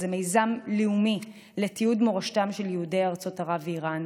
זהו מיזם לאומי לתיעוד מורשתם של יהודי ארצות ערב ואיראן,